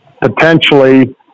potentially